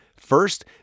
First